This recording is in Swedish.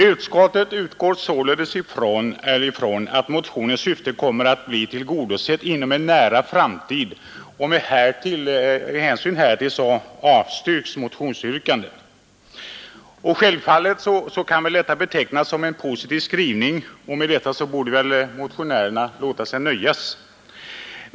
Utskottet utgår således från att motionens syfte kommer att bli tillgodosett inom en nära framtid. Med hänsyn härtill avstyrks motionsyrkandet.” Självfallet kan väl detta betecknas som en positiv skrivning, och med detta borde väl motionärerna låta sig nöja.